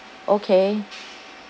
okay